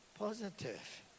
Positive